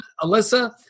Alyssa